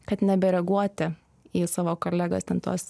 kad nebereaguoti į savo kolegos ten tuos